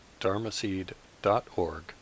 dharmaseed.org